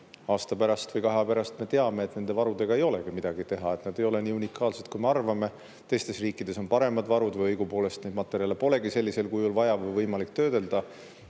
aasta või kahe pärast me teame, et nende varudega ei olegi midagi teha, et nad ei ole nii unikaalsed, kui me arvame, ning teistes riikides on paremad varud või neid materjale pole üldse sellisel kujul vaja või võimalik töödelda.